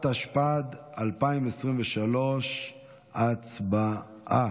התשפ"ד 2023. הצבעה.